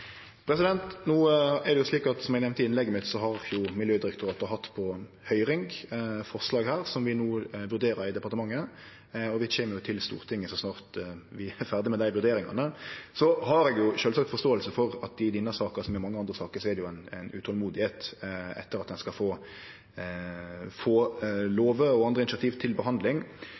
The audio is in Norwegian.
Som eg nemnde i innlegget mitt, har Miljødirektoratet hatt på høyring eit forslag som vi no vurderer i departementet, og vi kjem til Stortinget så snart vi er ferdige med dei vurderingane. Eg har sjølvsagt forståing for at ein i denne saka, som i mange andre saker, er utolmodig etter å få lover og andre initiativ til behandling. Men eg meiner nok at vi ikkje bør vedta at vi no skal